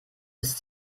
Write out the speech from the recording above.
ist